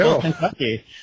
Kentucky